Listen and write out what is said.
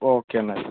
okay എന്നാൽ